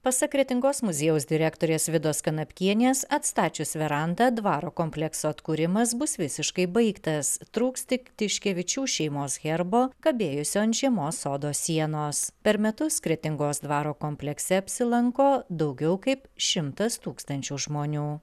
pasak kretingos muziejaus direktorės vidos kanapkienės atstačius verandą dvaro komplekso atkūrimas bus visiškai baigtas trūks tik tiškevičių šeimos herbo kabėjusio ant žiemos sodo sienos per metus kretingos dvaro komplekse apsilanko daugiau kaip šimtas tūkstančių žmonių